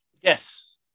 Yes